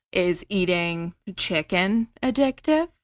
is eating chicken addictive?